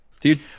dude